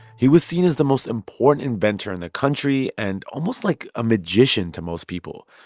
he was seen as the most important inventor in the country and almost like a magician to most people.